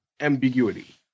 ambiguity